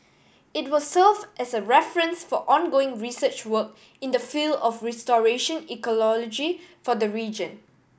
it will serve as a reference for ongoing research work in the field of restoration ecology for the region